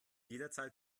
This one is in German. jederzeit